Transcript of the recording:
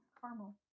Caramel